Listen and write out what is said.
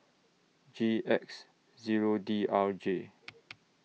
G X Zero D R J